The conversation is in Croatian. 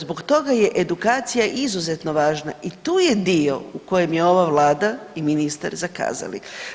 Zbog toga je edukacija izuzetno važna i tu je dio u kojem je ova Vlada i ministar zakazali.